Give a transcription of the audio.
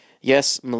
yes